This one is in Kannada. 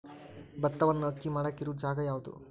ಭತ್ತವನ್ನು ಅಕ್ಕಿ ಮಾಡಾಕ ಇರು ಜಾಗ ಯಾವುದು?